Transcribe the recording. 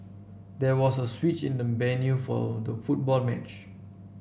there was a switch in the venue for the football match